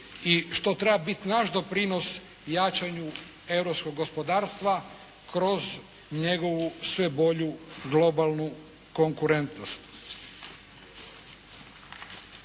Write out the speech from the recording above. i što treba biti naš doprinos jačanju europskog gospodarstva kroz njegovu sve bolju globalnu konkurentnost.